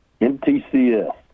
MTCS